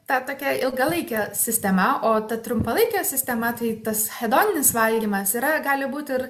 ta tokia ilgalaikė sistema o ta trumpalaikė sistema tai tas hedoninis valgymas yra gali būt ir